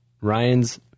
Ryan's